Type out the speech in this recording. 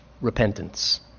Repentance